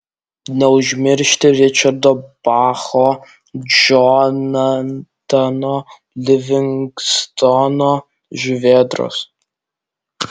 neužmiršti ričardo bacho džonatano livingstono žuvėdros